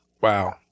Wow